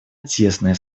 тесное